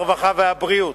הרווחה והבריאות,